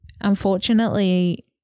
unfortunately